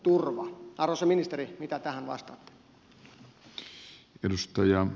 arvoisa ministeri mitä tähän vastaatte